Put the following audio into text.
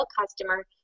customer